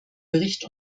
bericht